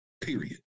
period